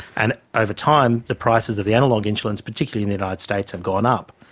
and over time the prices of the analogue insulins, particularly in the united states, have gone up.